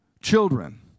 Children